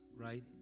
Right